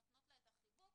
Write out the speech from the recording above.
נותנות לה את החיבוק,